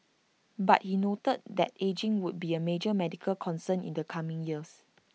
but he noted that ageing would be A major medical concern in the coming years